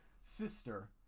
sister